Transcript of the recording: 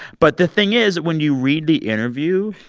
but the thing is, when you read the interview,